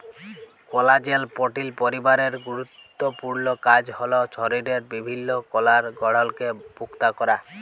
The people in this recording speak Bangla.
কলাজেল পোটিল পরিবারের গুরুত্তপুর্ল কাজ হ্যল শরীরের বিভিল্ল্য কলার গঢ়লকে পুক্তা ক্যরা